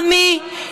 עמי,